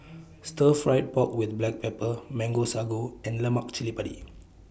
Stir Fried Pork with Black Pepper Mango Sago and Lemak Cili Padi